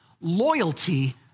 loyalty